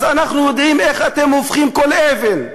אנחנו יודעים איך אתם הופכים כל אבן.